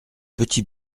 petit